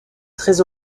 très